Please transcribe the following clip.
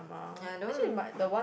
ya I don't r~